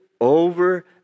over